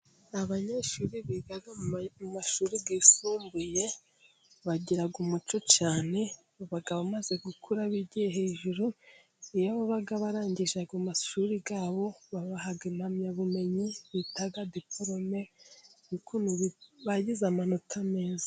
Abanyeshuri biga mu mashuri yisumbuye bagira umuco cyane, baba bamaze gukura bigiye hejuru iyo baba barangije ayo mashuri yabo, babaha impamyabumenyi bita diporome y'ukuntu bagize amanota meza.